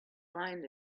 find